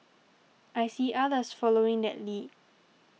I see others following that lead